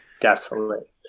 desolate